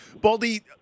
Baldy